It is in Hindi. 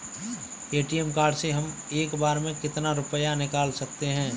ए.टी.एम कार्ड से हम एक बार में कितना रुपया निकाल सकते हैं?